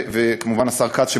וכמובן השר כץ,